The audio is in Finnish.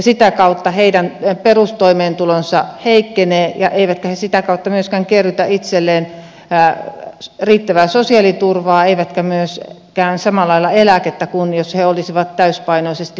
sitä kautta heidän perustoimeentulonsa heikkenee eivätkä he sitä kautta kerrytä itselleen myöskään riittävää sosiaaliturvaa eivätkä myöskään samalla lailla eläkettä kuin jos he olisivat täysipainoisesti työelämässä